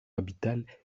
habitable